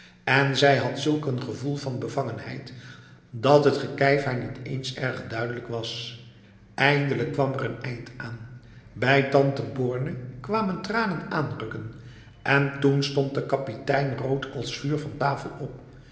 en zij had zulk een gevoel van bevangenheid dat het gekijf haar niet eens erg duidelijk was eindelijk kwam er een eind aan bij tante borne kwamen tranen aanrukken en toen stond de kapitein rood als vuur van tafel op